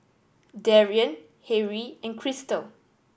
Darrien Harrie and Cristal